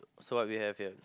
so what we have here